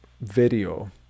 video